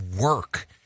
work